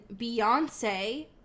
Beyonce